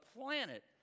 planet